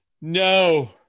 no